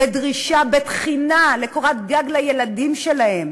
בדרישה, בתחינה לקורת גג לילדים שלהם,